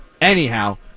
Anyhow